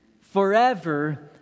forever